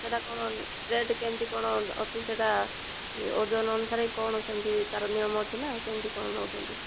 ସେଟା କଣ ରେଟ କେମିତି କଣ ଅଛି ସେଟା ଓଜନ ଅନୁସାରେ କଣ ସେମିତି ତାର ନିୟମ ଅଛି ନାଁ କେମିତି କଣ ନେଉଛନ୍ତି